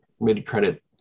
mid-credit